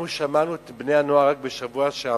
אנחנו שמענו את בני-הנוער רק בשבוע שעבר,